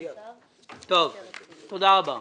תודה רבה.